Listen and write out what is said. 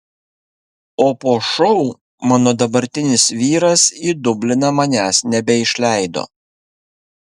o po šou mano dabartinis vyras į dubliną manęs nebeišleido